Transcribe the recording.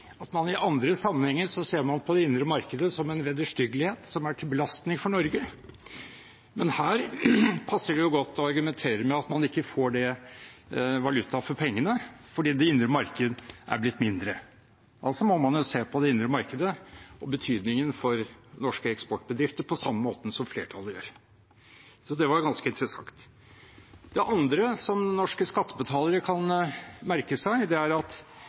ser man på det indre markedet som en vederstyggelighet som er til belastning for Norge, men her passer det godt å argumentere med at man ikke får valuta for pengene fordi det indre marked er blitt mindre. Altså må man se på det indre markedet og betydningen for norske eksportbedrifter på samme måten som flertallet gjør. Så det var ganske interessant. Det andre som norske skattebetalere kan merke seg, er at